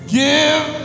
give